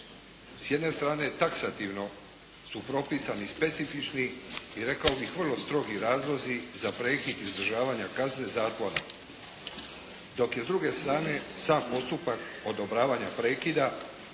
s jedne strane taksativno su propisani specifični i rekao bih vrlo strogi razlozi za prekid izdržavanja kazne zatvora, dok je s druge strane sam postupak odobravanja prekida